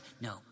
No